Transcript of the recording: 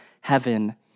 heaven